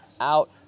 out